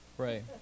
Right